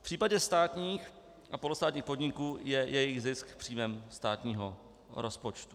V případě státních a polostátních podniků je jejich zisk příjmem státního rozpočtu.